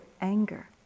anger